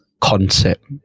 concept